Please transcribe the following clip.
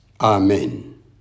Amen